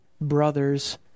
brother's